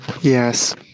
Yes